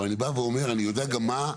אבל, אני בא ואומר שאני יודע גם מה,